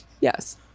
Yes